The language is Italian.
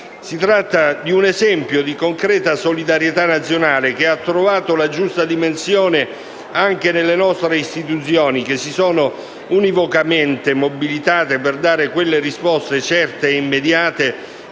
Si tratta di un esempio di concreta solidarietà nazionale, che ha trovato la giusta dimensione anche nelle nostre istituzioni, che si sono univocamente mobilitate per dare quelle risposte certe e immediate,